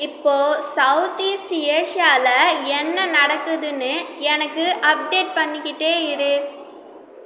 இப்போ south east ஏஷியாவில என்ன நடக்குதுன்னு எனக்கு அப்டேட் பண்ணிக்கிட்டே இரு